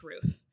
truth